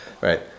right